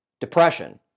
Depression